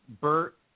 Bert